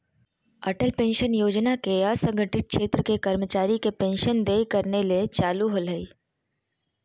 Atal pension योजना के असंगठित क्षेत्र के कर्मचारी के पेंशन देय करने ले चालू होल्हइ